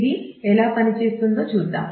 ఇది ఎలా పనిచేస్తుందో చూద్దాం